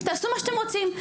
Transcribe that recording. תעשו מה שאתם רוצים.